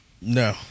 No